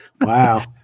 Wow